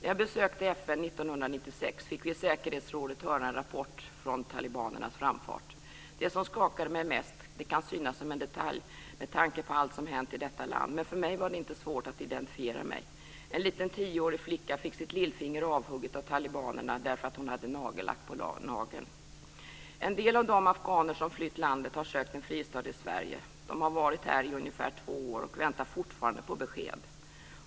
1996 vid ett besök i FN fick vi i säkerhetsrådet höra en rapport från talibanernas framfart. Det som skakade mig mest - det kan synas som en detalj, med tanke på allt som hänt i detta land, men för mig var det inte svårt att identifiera mig - var en liten tioårig flicka som fick sitt ena lillfinger avhugget av talibanerna därför att hon hade nagellack på nageln. En del av de afghaner som flytt landet har sökt en fristad i Sverige. De har varit här i ungefär två år och väntar fortfarande på besked.